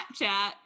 Snapchat